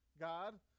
God